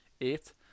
Eight